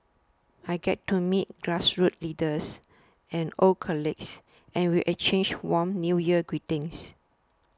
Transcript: I get to meet grassroots leaders and old colleagues and we exchange warm New Year greetings